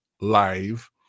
live